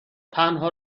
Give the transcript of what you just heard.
تنها